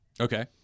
Okay